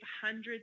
hundreds